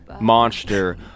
monster